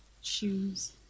Shoes